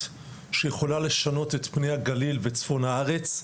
שיכולה לשנות את פני הגליל וצפון הארץ,